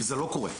זה לא קורה.